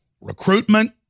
recruitment